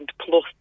plus